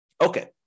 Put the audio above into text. Okay